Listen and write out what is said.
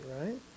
right